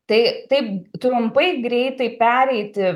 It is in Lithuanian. tai taip trumpai greitai pereiti